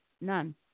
none